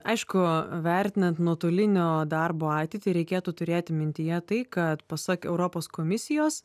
aišku vertinant nuotolinio darbo ateitį reikėtų turėti mintyje tai kad pasak europos komisijos